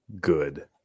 Good